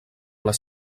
les